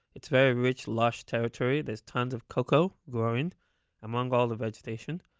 it's very rich, lush territory. there's tons of cocoa growing among all the vegetation.